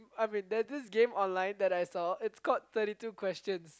I mean there's this game online that I saw it's called thirty two questions